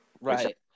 right